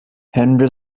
henry